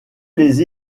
les